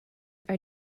are